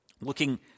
looking